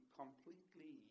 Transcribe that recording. completely